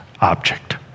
object